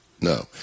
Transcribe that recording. no